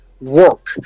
work